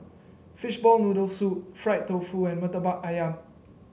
Fishball Noodle Soup Fried Tofu and murtabak ayam